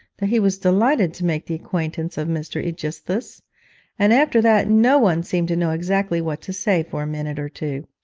that he was delighted to make the acquaintance of mr. aegisthus and after that no one seemed to know exactly what to say for a minute or two.